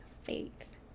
Faith